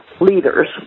leaders